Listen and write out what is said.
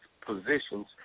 positions